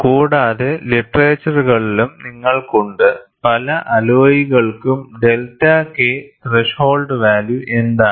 കൂടാതെ ലിറ്ററേച്ചറിലും നിങ്ങൾക്ക് ഉണ്ട് പല അലോയ്കൾക്കും ഡെൽറ്റ K ത്രെഷോൾഡ് വാല്യൂ എന്താണ്